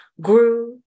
grew